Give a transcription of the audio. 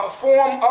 form